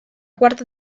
cuarta